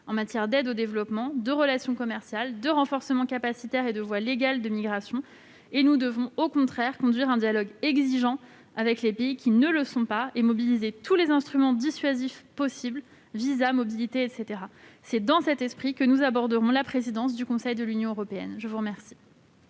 en matière d'aide au développement, de relations commerciales, de renforcement capacitaire et de voies légales de migration. Au contraire, nous devons conduire un dialogue exigeant avec les pays qui ne le sont pas et mobiliser tous les instruments dissuasifs possibles- visas, mobilités, etc. C'est dans cet esprit que nous aborderons la présidence du Conseil de l'Union européenne. En conclusion